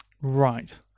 right